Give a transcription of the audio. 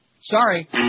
Sorry